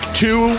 two